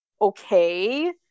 okay